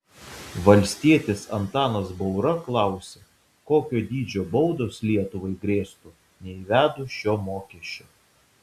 valstietis antanas baura klausė kokio dydžio baudos lietuvai grėstų neįvedus šio mokesčio